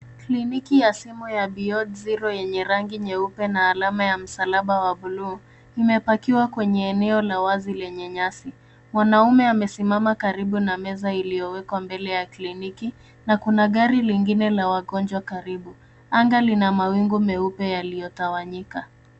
Kliniki ya simu ya Beyond Zero yenye rangi nyeupe na alama ya msalaba wa blue .Imepakiwa kwenye eneo la wazi yenye nyasi. Mwanaume amesimama karibu na meza iliyowekwa mbele ya kliniki na kuna gari lingine la wagonjwa karibu. Anga lina mawingu meupe yaliyotawanyika.